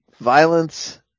Violence